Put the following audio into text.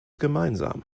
gemeinsam